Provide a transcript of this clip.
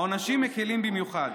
העונשים מקילים במיוחד.